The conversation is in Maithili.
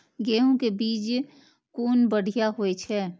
गैहू कै बीज कुन बढ़िया होय छै?